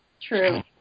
True